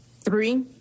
three